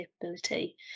capability